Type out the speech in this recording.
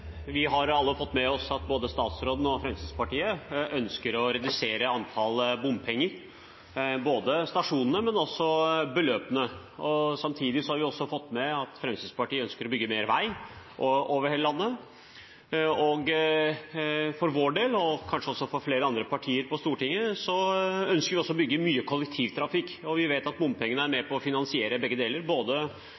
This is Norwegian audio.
Vi har alle fått med oss at statsråden og Fremskrittspartiet ønsker å redusere bompengene – både antall stasjoner og beløpene. Samtidig har vi også fått med oss at Fremskrittspartiet ønsker å bygge mer vei over hele landet. For vår del, og kanskje også for flere andre partier på Stortinget sin del, ønsker vi å bygge ut mye kollektivtrafikk. Vi vet at bompengene er med